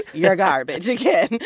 you're garbage again.